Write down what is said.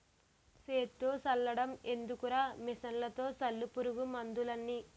సేత్తో సల్లడం ఎందుకురా మిసన్లతో సల్లు పురుగు మందులన్నీ